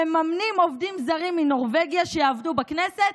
ממנים עובדים זרים מנורבגיה שיעבדו בכנסת,